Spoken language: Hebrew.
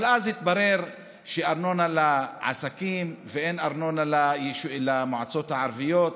אבל אז התברר שארנונה לעסקים ואין ארנונה למועצות הערביות,